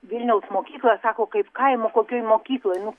vilniaus mokyklą sako kaip kaimo kokioj mokykloj nu kai